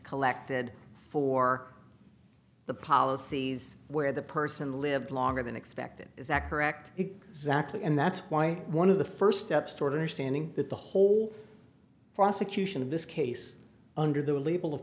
collected for the policies where the person lived longer than expected is that correct exactly and that's why one of the first steps toward understanding that the whole prosecution of this case under the lab